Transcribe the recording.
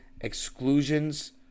Exclusions